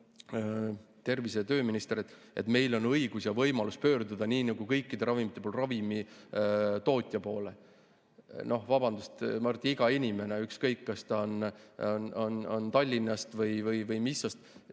tervise- ja tööminister, et meil on õigus ja võimalus pöörduda nii nagu kõikide ravimite puhul ravimitootja poole. Vabandust, ma arvan, et iga inimene, ükskõik, kas ta on Tallinnast või Missost,